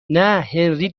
هنری